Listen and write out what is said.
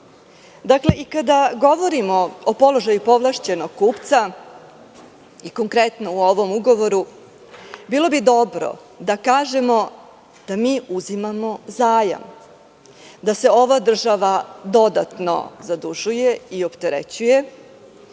i kada govorimo o položaju povlašćenog kupca i konkretno na ovom ugovoru bilo bi dobro da kažemo da mi uzimamo zajam. Da se ova država dodatno zadužuje i opterećuje